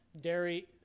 dairy